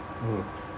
oh